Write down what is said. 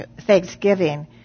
Thanksgiving